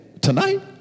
tonight